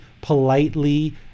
politely